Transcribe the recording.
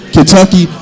Kentucky